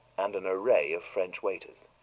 and an array of french waiters.